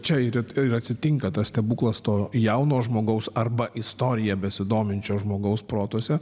čia ir atsitinka tas stebuklas to jauno žmogaus arba istorija besidominčio žmogaus protuose